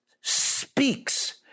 speaks